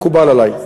מקובל עלי.